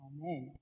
Amen